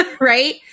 right